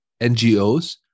NGOs